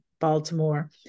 Baltimore